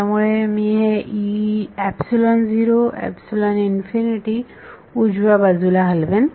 त्यामुळे मी हे उजव्या बाजूला हलवेन